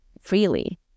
freely